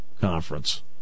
conference